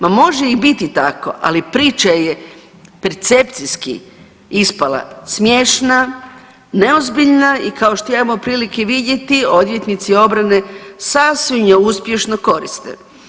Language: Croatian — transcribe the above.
Ma može i biti tako, ali priča je percepcijski ispala smiješna, neozbiljna i kao što imamo prilike vidjeti odvjetnici obrane sasvim je uspješno koriste.